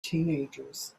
teenagers